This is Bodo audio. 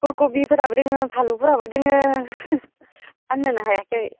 फुलखबिफोराबो दोङो फानलुफोराबो दोङो फाननोनो हायाखै